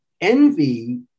envy